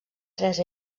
tres